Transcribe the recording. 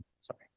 sorry